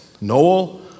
Noel